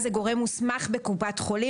זה על ידי גורם מוסמך בקופת חולים.